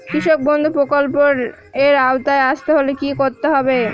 কৃষকবন্ধু প্রকল্প এর আওতায় আসতে হলে কি করতে হবে?